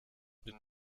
bin